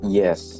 Yes